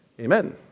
Amen